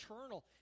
eternal